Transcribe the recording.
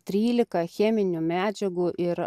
trylika cheminių medžiagų ir